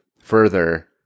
further